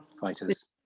fighters